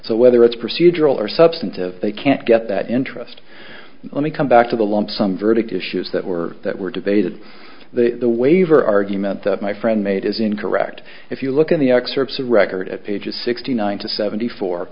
so whether it's procedural or substantive they can't get that interest only come back to the lump sum verdict issues that were that were debated the waiver argument that my friend made is incorrect if you look at the excerpts of record at pages sixty nine to seventy four